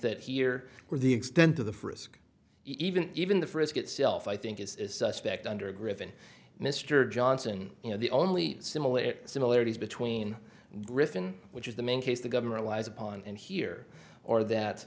that here were the extent of the frisk even even the frisk itself i think is suspect under griffin mr johnson you know the only similarity similarities between griffin which is the main case the government lies upon and here or that